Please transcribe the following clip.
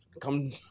come